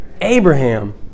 Abraham